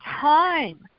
time